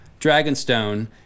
Dragonstone